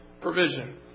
provision